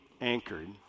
anchored